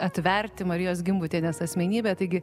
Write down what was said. atverti marijos gimbutienės asmenybę taigi